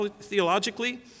theologically